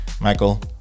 Michael